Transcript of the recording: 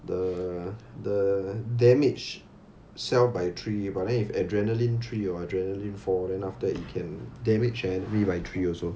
the the damage sell by three but then if adrenaline three or adrenaline four then after that you can damage the enemy by three also